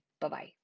Bye-bye